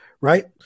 right